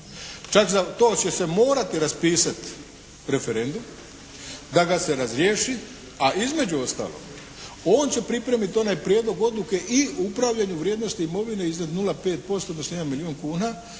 Čak za to će se morati raspisati referendum da ga se razriješi a između ostaloga on će pripremiti onaj prijedlog odluke i upravljanja u vrijednosti imovine iznad 0,5% do …/Govornik